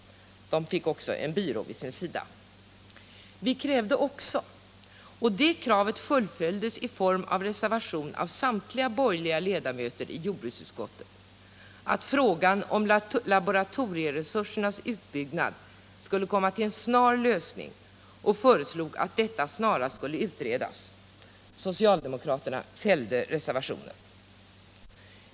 De fick också en byrå till sin hjälp. Vi krävde också — och det kravet fullföljdes i form av reservation av samtliga borgerliga ledamöter i jordbruksutskottet — att frågan om laboratorieresursernas utbyggnad skulle komma till en snar lösning och föreslog att detta snarast skulle utredas. Socialdemokraterna fällde reservationen.